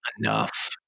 enough